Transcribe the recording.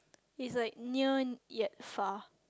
it's like near yet far